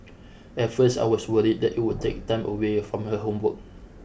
at first I was worried that it would take time away from her homework